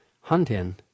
Hunting